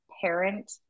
parent